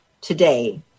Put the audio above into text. today